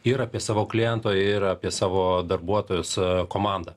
ir apie savo kliento ir apie savo darbuotojus su komandą